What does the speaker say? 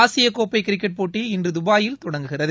ஆசியக் கோப்பை கிரிக்கெட் போட்டி இன்று துபாயில் தொடங்குகிறது